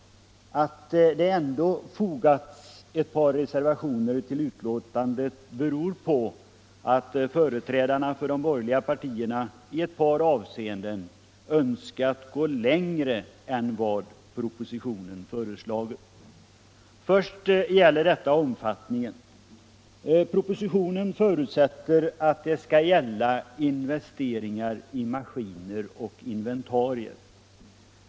Att det ändå fogats ett par reservationer vid betänkandet beror på att företrädarna för de borgerliga partierna i ett par avseenden har önskat gå längre än vad propositionen föreslagit. Först gäller detta omfattningen. Propositionen förutsätter att förslaget skall gälla investeringar i maskiner och i inventarier.